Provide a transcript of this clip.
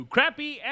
Crappy